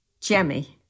Jemmy